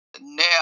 now